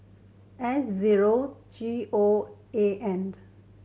S zero G O A and